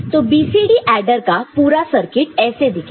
तो BCD adder का पूरा सर्किट ऐसे दिखेगा